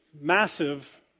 massive